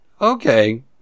Okay